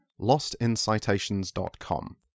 lostincitations.com